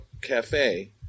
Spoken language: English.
Cafe –